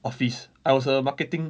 office I was a marketing